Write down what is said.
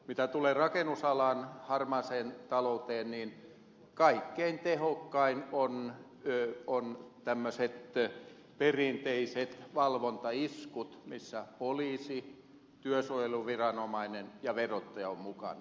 mitä tulee rakennusalan harmaaseen talouteen niin kaikkein tehokkaimpia ovat tämmöiset perinteiset valvontaiskut missä poliisi työsuojeluviranomainen ja verottaja ovat mukana